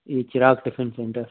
E Chirag tiffin centre